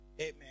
Amen